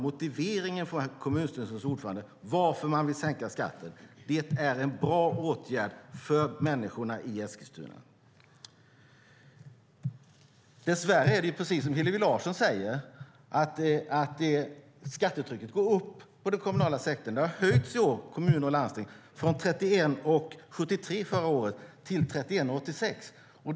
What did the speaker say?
Motiveringen från kommunstyrelsens ordförande till att man vill sänka skatten är intressant. Det är en bra åtgärd för människorna i Eskilstuna. Dess värre är det precis som Hillevi Larsson säger: Skattetrycket går upp i den kommunala sektorn. Det har höjts i år i kommuner och landsting från 31:73 förra året till 31:86.